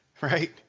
right